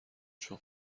چون